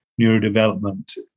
neurodevelopment